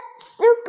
super